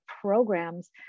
programs